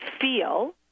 feel